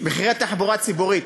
מחירי התחבורה הציבורית,